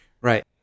Right